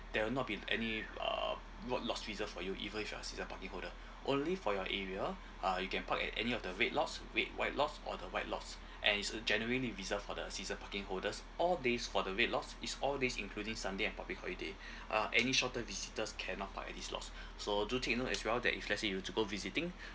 there'll not be any uh lo~ lots reserved for you even if you're a season parking holder only for your area ah you can park at any of the red lots red white lots or the white lots and it's uh generally reserved for the season party holders all days for the red lots it's all days including sunday and public holiday ah any short term visitors cannot park at these lots so do take note as well that if let's say you were to go visiting